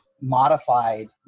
modified